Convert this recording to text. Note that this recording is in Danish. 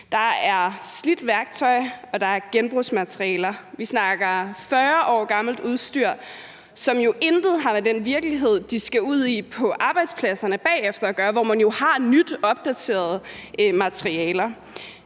Der er slidt værktøj, og der er genbrugsmaterialer. Vi snakker 40 år gammelt udstyr, som intet har med den virkelighed, de skal ud i på arbejdspladserne bagefter, at gøre, hvor man jo har nye, opdaterede materialer.